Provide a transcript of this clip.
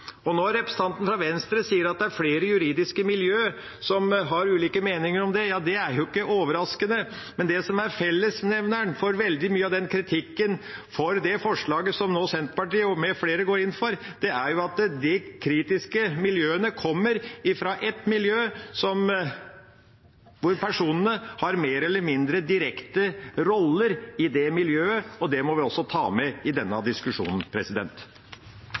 Når representanten fra Venstre sier at det er flere juridiske miljø som har ulike meninger om det, er jo ikke det overraskende, men det som er fellesnevneren for veldig mye av kritikken mot det forslaget som Senterpartiet med flere nå går inn for, er at de kritiske kommer fra et miljø hvor personene har mer eller mindre direkte roller i det miljøet, og det må vi også ta med i denne diskusjonen.